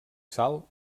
sal